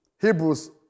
Hebrews